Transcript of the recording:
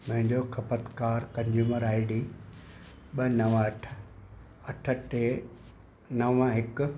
मुंहिंजो खपतकार consumer I D ॿ नव अठ अठ टे नव हिकु